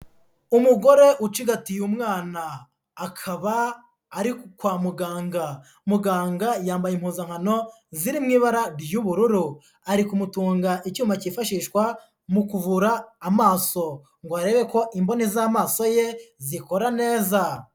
Umugore ucigatiye umwana, akaba ari kwa muganga, muganga yambaye impuzankano ziri mw' ibara ry'ubururu, ari kumutunga icyuma cyifashishwa mu kuvura amaso, ngo arebe ko imboni z'amaso ye zikora neza.